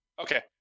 Okay